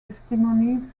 testimony